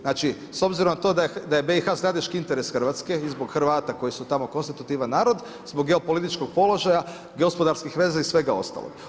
Znači s obzirom na to da je BiH strateški interes Hrvatske i zbog Hrvata koji su tamo konstitutivan narod, zbog geopolitičkog položaja, gospodarskih veza i svega ostalog.